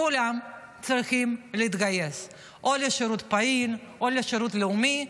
כולם צריכים להתגייס או לשירות פעיל או לשירות לאומי,